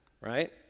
right